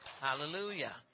Hallelujah